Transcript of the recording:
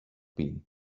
been